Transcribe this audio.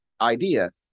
idea